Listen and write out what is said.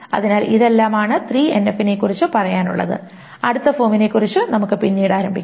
അതിനാൽ ഇതെല്ലാം ആണ് 3NF നെ കുറിച്ച് പറയാൻ ഉള്ളത് അടുത്ത ഫോമിനെക്കുറിച്ച് നമുക്ക് പിന്നീട് ആരംഭിക്കാം